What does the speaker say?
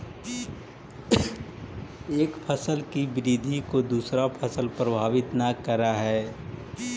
एक फसल की वृद्धि को दूसरा फसल प्रभावित न करअ हई